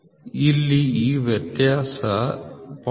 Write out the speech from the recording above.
ಇಲ್ಲಿ ಈ ವ್ಯತ್ಯಾಸ 0